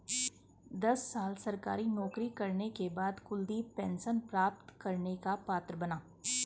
दस साल सरकारी नौकरी करने के बाद कुलदीप पेंशन प्राप्त करने का पात्र बना